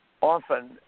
often